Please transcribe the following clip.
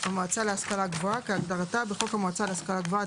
"המועצה להשכלה גבוהה" כהגדרתה בחוק המועצה להשכלה גבוהה,